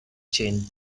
chain